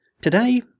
Today